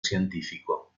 científico